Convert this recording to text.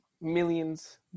millions